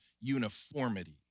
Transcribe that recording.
uniformity